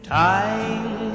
time